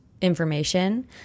information